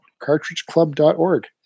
cartridgeclub.org